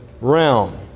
realm